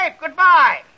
Goodbye